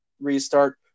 restart